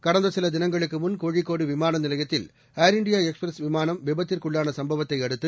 கடந்த சில தினங்களுக்கு முன் கோழிக்கோடு விமான நிலையத்தில் ஏர் இந்தியா எக்ஸ்பிரஸ் விமானம் விபத்திற்குள்ளான சும்பவத்தை அடுத்து